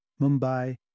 Mumbai